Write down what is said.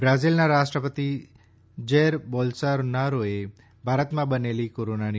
બ્રાઝિલના રાષ્ટ્રપતિ જેર બોલ્સોનારોએ ભારતમાં બનેલી કોરોનાની